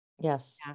Yes